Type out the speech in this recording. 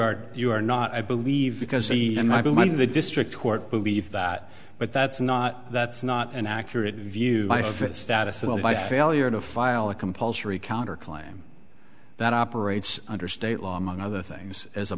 are you are not i believe because i believe the district court believed that but that's not that's not an accurate view by foot status at all by failure to file a compulsory counter claim that operates under state law among other things as a